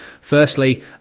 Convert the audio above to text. Firstly